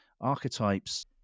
archetypes